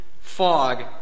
fog